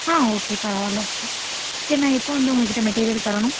ஆ okay பரவாயில்ல okay சரி நான் எப்போ வந்து உங்கள்கிட்ட மெட்டீரியல் தரணும்